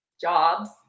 jobs